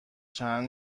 چند